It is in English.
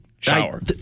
Shower